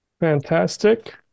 Fantastic